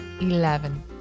eleven